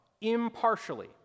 impartially